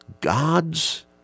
God's